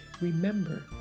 Remember